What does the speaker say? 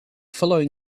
following